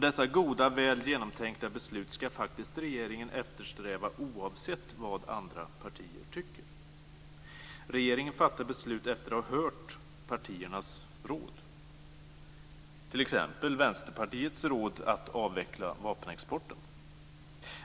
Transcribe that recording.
Dessa goda, väl genomtänkta beslut skall regeringen faktiskt eftersträva oavsett vad andra partier tycker. Regeringen fattar beslut efter att ha hört partiernas råd - t.ex. Vänsterpartiets råd att avveckla vapenexporten.